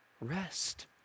rest